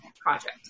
project